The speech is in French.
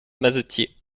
mazetier